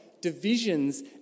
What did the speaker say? divisions